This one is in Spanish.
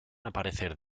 aparecer